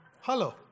Hello